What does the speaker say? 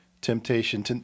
temptation